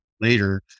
later